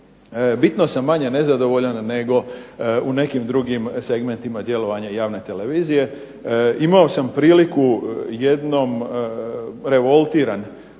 bitno sam manje nezadovoljan nego u nekim drugim segmentima djelovanja javne televizije. Imao samo priliku jednom revoltiran